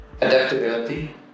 adaptability